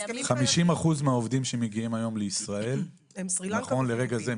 50% מהעובדים שמגיעים היום לישראל נכון לרגע זה,